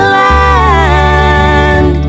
land